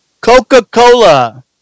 Coca-Cola